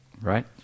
right